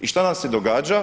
I šta nam se događa?